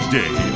day